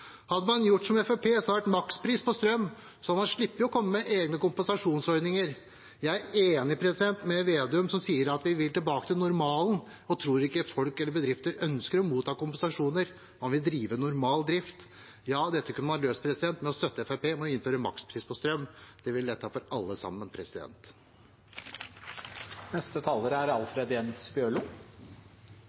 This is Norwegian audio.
Hadde man gjort som Fremskrittspartiet foreslår, hadde det vært makspris på strøm. Da hadde man sluppet å komme med egne kompensasjonsordninger. Jeg er enig med Vedum, som sier at vi vil tilbake til normalen. Jeg tror ikke folk eller bedrifter ønsker å motta kompensasjoner – man vil ha normal drift. Dette kunne man løst ved å støtte Fremskrittspartiet og innføre makspris på strøm. Det ville lettet for alle sammen.